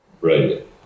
Right